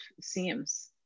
seems